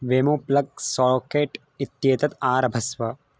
वेमो plug socket इत्येतत् आरभस्व